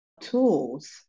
tools